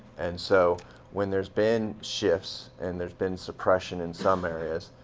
and so when there's been shifts, and there's been suppression in some areas,